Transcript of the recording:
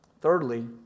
Thirdly